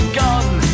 gone